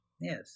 Yes